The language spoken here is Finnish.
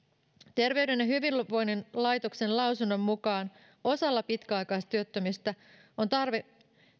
terveyden ja hyvinvoinnin laitoksen lausunnon mukaan osalla pitkäaikaistyöttömistä on tarve